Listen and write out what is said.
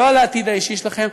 לא על העתיד האישי שלכם,